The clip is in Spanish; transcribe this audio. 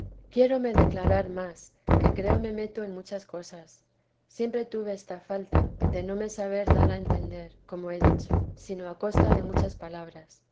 dios quiérome declarar más que creo me meto en muchas cosas siempre tuve esta falta de no me saber dar a entender como he dicho sino a costa de muchas palabras